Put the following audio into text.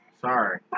Sorry